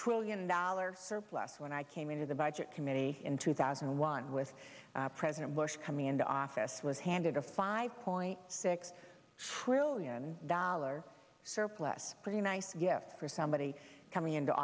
trillion dollars surplus when i came into the budget committee in two thousand and one with president bush coming into office was handed a five point six trillion dollars surplus pretty nice gift for somebody coming into